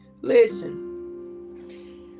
Listen